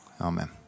Amen